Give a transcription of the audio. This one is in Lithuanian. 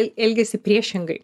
elgiasi priešingai